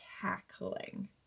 cackling